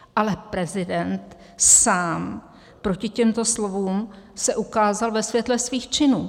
Ale prezident sám proti těmto slovům se ukázal ve světle svých činů.